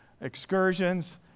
excursions